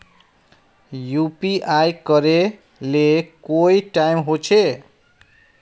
UPI करे ले कोई टाइम होचे?